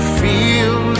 feel